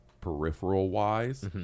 peripheral-wise